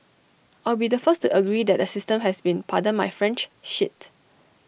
I'll be the first to agree that the system has been pardon my French shit